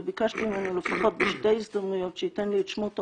וביקשנו ממנו לפחות בשתי הזדמנויות שייתן לי את שמות הרופאים,